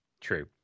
True